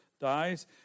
dies